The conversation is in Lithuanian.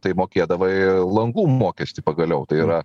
tai mokėdavai langų mokestį pagaliau tai yra